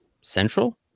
Central